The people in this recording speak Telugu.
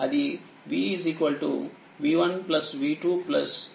అది vv1v2